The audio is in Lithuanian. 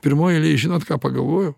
pirmoj eilėj žinot ką pagalvojau